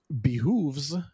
behooves